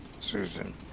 Susan